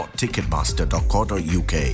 ticketmaster.co.uk